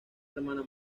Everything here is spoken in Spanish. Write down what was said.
hermana